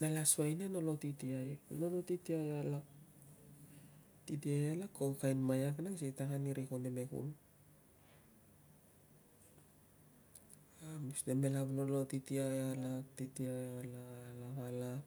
nala asuai nia, nolo titiai, nolo titiai alak. Titiai alak ko kain maiak nang si tak ani ri konemekul. La kamus, nemela angoan titiai, titiai alak, alak.